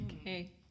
Okay